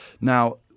Now